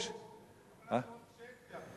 אבל אנחנו לא רוצים צ'צ'ניה.